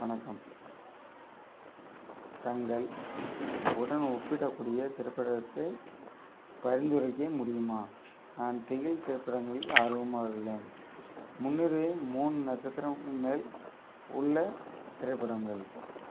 வணக்கம் தங்கள் உடன் ஒப்பிடக்கூடிய திரைப்படத்தைப் பரிந்துரைக்க முடியுமா நான் திகில் திரைப்படங்களில் ஆர்வமாக உள்ளேன் முன்னுரிமை மூணு நட்சத்திரமுக்கு மேல் உள்ள திரைப்படங்கள்